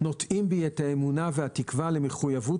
נוטעים בי את האמונה והתקווה למחויבות